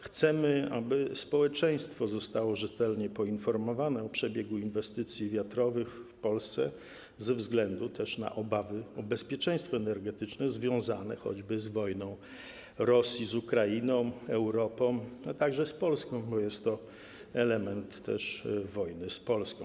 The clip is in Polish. Chcemy, aby społeczeństwo zostało rzetelnie poinformowane o przebiegu inwestycji wiatrowych w Polsce ze względu też na obawy o bezpieczeństwo energetyczne związane choćby z wojną Rosji z Ukrainą, Europą, także z Polską, bo jest to element też wojny z Polską.